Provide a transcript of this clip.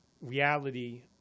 reality